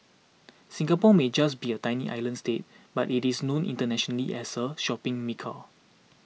Singapore may just be a tiny island state but it is known internationally as a shopping mecca